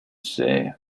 say